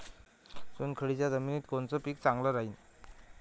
चुनखडीच्या जमिनीत कोनचं पीक चांगलं राहीन?